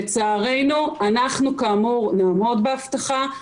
אנחנו כאמור נעמוד בהבטחה,